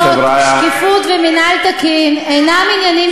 שקיפות ומינהל תקין אינם עניינים